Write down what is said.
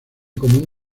común